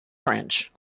french